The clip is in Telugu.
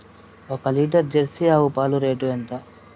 ఒక లీటర్ జెర్సీ ఆవు పాలు రేటు ఎంత?